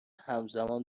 همزمان